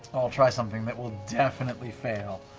i'll try something that will definitely fail.